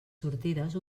sortides